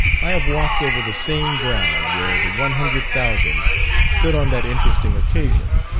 i have walked over the same ground where the one hundred thousand stood on that interesting occasion.